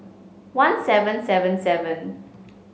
one seven seven seven